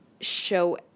show